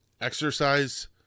exercise